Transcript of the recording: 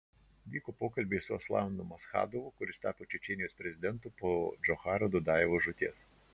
vyko pokalbiai su aslanu maschadovu kuris tapo čečėnijos prezidentu po džocharo dudajevo žūties